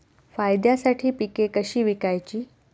फायद्यासाठी पिके कशी विकायची?